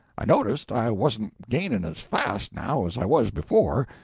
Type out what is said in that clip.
i noticed i wasn't gaining as fast, now, as i was before,